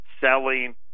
selling